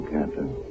Captain